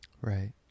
Right